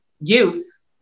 Youth